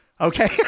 Okay